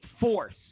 force